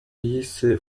yise